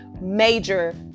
major